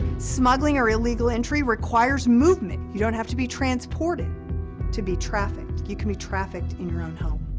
smuggling, or illegal entry, requires movement. you don't have to be transported to be trafficked. you can be trafficked in your own home.